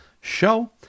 show